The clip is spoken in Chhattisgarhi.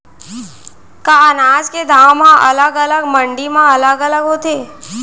का अनाज के दाम हा अलग अलग मंडी म अलग अलग होथे?